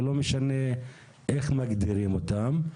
ולא משנה איך מגדירים אותן.